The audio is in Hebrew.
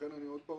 ולכן אני אומר,